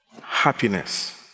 happiness